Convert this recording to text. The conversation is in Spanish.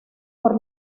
por